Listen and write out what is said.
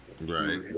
right